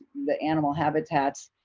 the animal habitats,